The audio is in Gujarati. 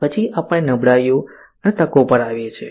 પછી આપણે નબળાઈઓ અને તકો પર આવીએ છીએ